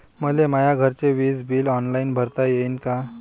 मले माया घरचे विज बिल ऑनलाईन भरता येईन का?